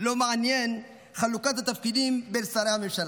לא מעניינת חלוקת התפקידים בין שרי הממשלה.